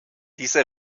diese